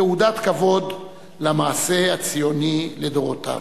תעודת כבוד למעשה הציוני לדורותיו.